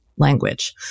language